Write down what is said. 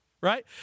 right